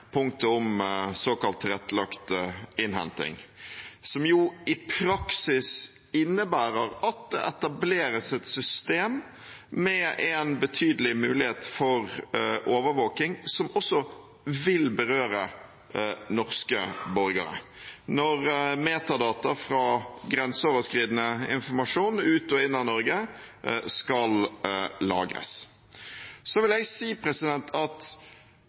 punktet om såkalt tilrettelagt innhenting, som i praksis innebærer at det etableres et system med en betydelig mulighet for overvåking, som også vil berøre norske borgere, når metadata fra grenseoverskridende informasjon ut og inn av Norge skal lagres. Så vil jeg si at